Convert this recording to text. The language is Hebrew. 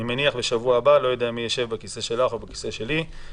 אני לא יודע מי יישב בכיסא שלך ובכיסא שלי בשבוע הבא.